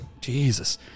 Jesus